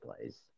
plays